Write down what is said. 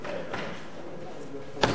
אדוני היושב-ראש,